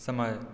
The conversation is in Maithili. समय